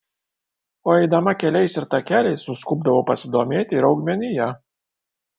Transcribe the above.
o eidama keliais ir takeliais suskubdavau pasidomėti ir augmenija